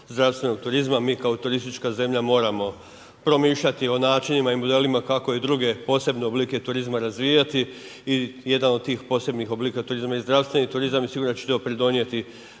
zdravstvenog turizma. Mi kao turistička zemlja moramo promišljati o načinima i modelima kako i druge posebne oblike turizma razvijati i jedan od tih posebnih oblika turizma je zdravstveni turizam i sigurno da će to pridonijeti